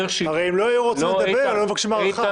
הרי אם לא היו רוצים לדבר, לא היו מבקשים הארכה.